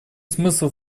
смысл